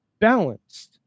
balanced